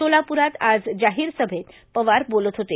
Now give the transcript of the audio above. सोलाप्रात आज जाहीर सभेत पवार बोलत होते